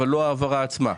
אבל לא ההעברה עצמה.